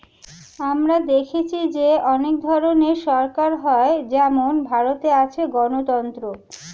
আমরা দেখেছি যে অনেক ধরনের সরকার হয় যেমন ভারতে আছে গণতন্ত্র